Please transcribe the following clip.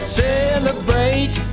celebrate